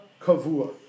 Kavua